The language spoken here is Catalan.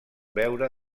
veure